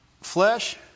flesh